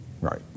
Right